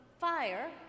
fire